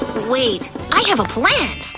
wait, i have a plan!